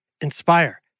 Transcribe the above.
Inspire